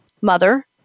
mother